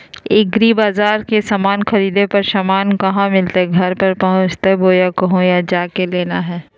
एग्रीबाजार से समान खरीदे पर समान कहा मिलतैय घर पर पहुँचतई बोया कहु जा के लेना है?